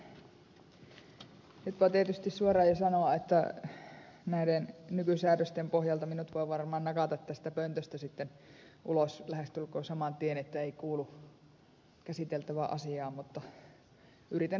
nyt voi tietysti suoraan jo sanoa että näiden nykysäädösten pohjalta minut voi varmaan nakata tästä pöntöstä sitten ulos lähestulkoon saman tien että ei kuulu käsiteltävään asiaan mutta yritän nyt kuitenkin tässä